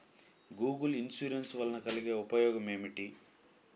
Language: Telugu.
గ్రూప్ ఇన్సూరెన్స్ వలన కలిగే ఉపయోగమేమిటీ?